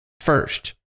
first